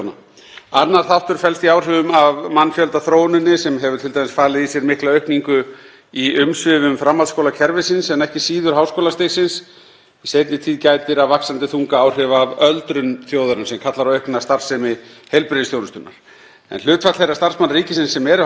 Í seinni tíð gætir af vaxandi þunga áhrifa af öldrun þjóðarinnar sem kallar á aukna starfsemi heilbrigðisþjónustunnar. Hlutfall þeirra starfsmanna ríkisins sem eru háskólamenntaðir hækkaði úr 56% í 64% frá árinu 2010 til ársins 2021, samkvæmt gögnum frá Fjársýslu